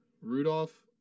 Rudolph